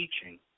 teaching